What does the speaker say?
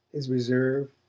his reserve,